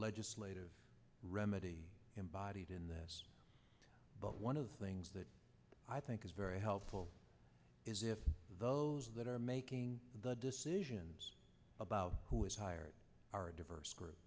legislative remedy embodied in that but one of the things that i think is very helpful is if those that are making the decisions about who is hired are a diverse group